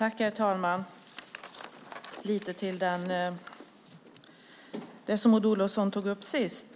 Herr talman! Jag ska säga lite om det som Maud Olofsson tog upp sist.